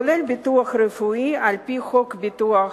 כולל ביטוח רפואי על-פי חוק ביטוח